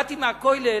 באתי מהכולל